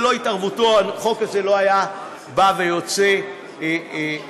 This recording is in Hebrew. ללא התערבותו החוק הזה לא היה בא ויוצא לפועל.